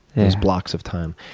those blocks of time.